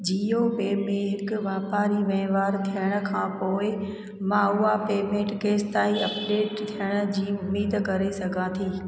Jio pay में हिकु वापारी वहिंवार थियण खां पोइ मां उहा पेमेंट केसिताईं अपडेट थियण जी उम्मीद करे सघां थी